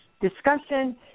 discussion